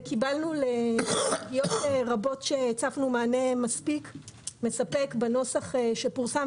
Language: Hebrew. וקיבלנו --- רבות שהצפנו מענה מספק בנוסח שפורסם,